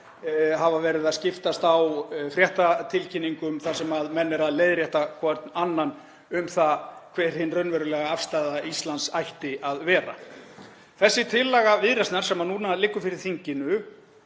hafa verið að skiptast á fréttatilkynningum þar sem menn eru að leiðrétta hver annan um það hver hin raunverulega afstaða Íslands ætti að vera. Þessi tillaga Viðreisnar sem núna liggur fyrir þinginu